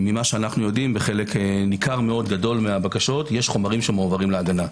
ובחלק ניכר מאוד מהבקשות יש חומרים שמועברים להגנה.